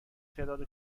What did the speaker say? تعداد